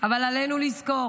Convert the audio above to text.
אבל עלינו לזכור